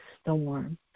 storm